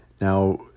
Now